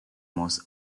most